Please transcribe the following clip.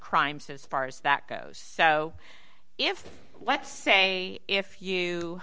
crimes as far as that goes so if let's say if you